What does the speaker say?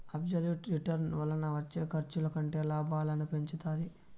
absolute return వలన వచ్చే ఖర్చుల కంటే లాభాలను పెంచుతాది